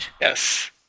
Yes